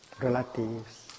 relatives